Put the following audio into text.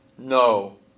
No